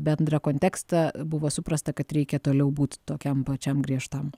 bendrą kontekstą buvo suprasta kad reikia toliau būt tokiam pačiam griežtam